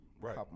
right